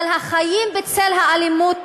אבל החיים בצל האלימות,